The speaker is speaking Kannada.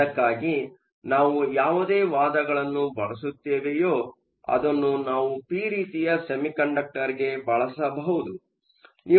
ಆದರೆ ಅದಕ್ಕಾಗಿ ನಾವು ಯಾವುದೇ ವಾದಗಳನ್ನು ಬಳಸುತ್ತೇವೆಯೋ ಅದನ್ನು ನಾವು ಪಿ ರೀತಿಯ ಸೆಮಿಕಂಡಕ್ಟರ್ಗೆ ಬಳಸಬಹುದು